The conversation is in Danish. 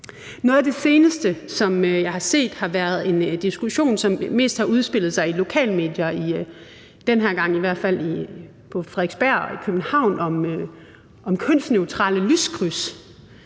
Noget af det seneste, som jeg har set, har været en diskussion, som mest har udspillet sig i lokalmedier, den her gang i hvert fald på Frederiksberg og i København, om kønsneutrale lyskryds.